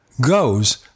goes